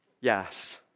Yes